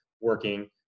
working